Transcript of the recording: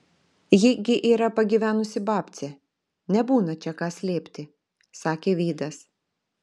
ji gi yra pagyvenusi babcė nebūna čia ką slėpti sakė vydas